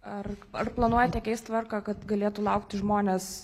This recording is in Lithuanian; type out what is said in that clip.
ar ar planuojate keist tvarką kad galėtų laukti žmonės